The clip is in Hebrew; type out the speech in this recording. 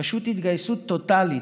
פשוט התגייסות טוטלית.